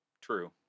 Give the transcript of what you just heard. True